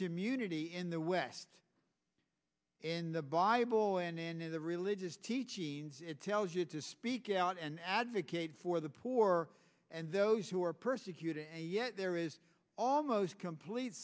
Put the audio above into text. community in the west in the bible and in the religious teachings it tells you to speak out and advocate for the poor and those who are persecuted and yet there is almost complete